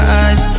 eyes